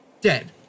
dead